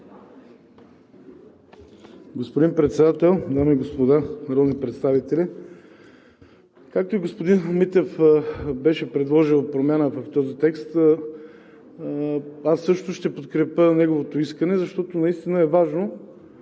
Господин Председател, дами и господа народни представители! Както и господин Митев беше предложил промяна в този текст, аз също ще подкрепя неговото искане, защото наистина е важно